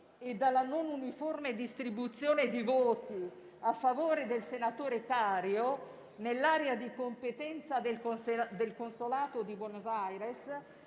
e dalla non uniforme distribuzione di voti a favore del senatore Cario nell'area di competenza del consolato di Buenos Aires,